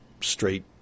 straight